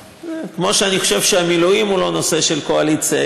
כמו שאני חושב שהמילואים הוא לא נושא של קואליציה,